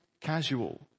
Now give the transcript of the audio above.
casual